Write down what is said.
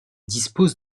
dispose